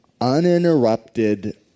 uninterrupted